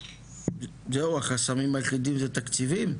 זהו, החסמים היחידים זה תקציבים?